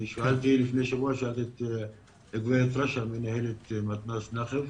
אני שאלתי לפני שבוע את גב' רשא, מנהלת מתנ"ס נחף.